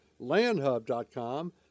landhub.com